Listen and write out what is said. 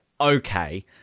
okay